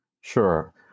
Sure